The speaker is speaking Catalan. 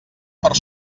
per